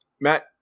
Matt